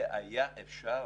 והיה אפשר